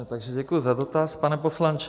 Takže děkuji za dotaz, pane poslanče.